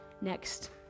next